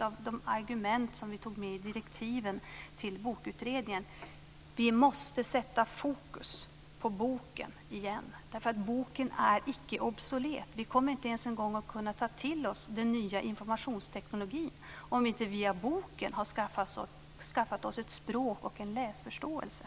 av de argument som vi tog med i direktiven till Bokutredningen var också att vi måste sätta fokus på boken igen, därför att boken är icke obsolet. Vi kommer inte ens en gång att kunna ta till oss den nya informationstekniken, om vi inte via boken har skaffat oss ett språk och en läsförståelse.